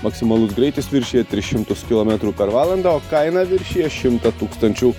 maksimalus greitis viršija tris šimtus kilometrų per valandą o kaina viršija šimtą tūkstančių